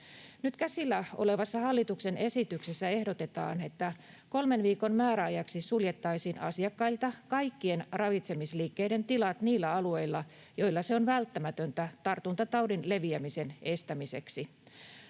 Nyt käsillä olevassa hallituksen esityksessä ehdotetaan, että kolmen viikon määräajaksi suljettaisiin asiakkailta kaikkien ravitsemisliikkeiden tilat niillä alueilla, joilla se on välttämätöntä tartuntataudin leviämisen estämiseksi.